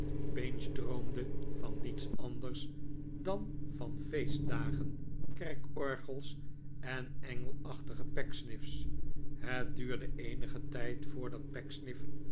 pinch droomde van niets anders dan van feestdagen kerkorgels en engelachtige pecksniff's het duurde eenigen tijd voordat